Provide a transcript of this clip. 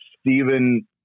Stephen